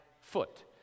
foot